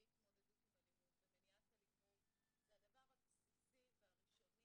והתמודדות עם אלימות ומניעת אלימות זה הדבר הבסיסי והראשוני